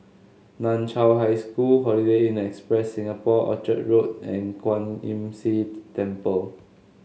Nan Chiau High School Holiday Inn Express Singapore Orchard Road and Kwan Imm See Temple